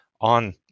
on